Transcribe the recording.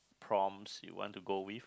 prawns you want to go with